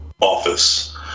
office